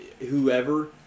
whoever